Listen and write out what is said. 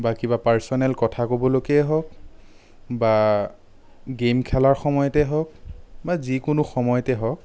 বা কিবা পাৰ্চনেল কথা ক'বলৈকে হওঁক বা গেম খেলাৰ সময়তে হওঁক বা যিকোনো সময়তে হওঁক